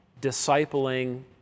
discipling